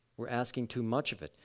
we're asking too much of it,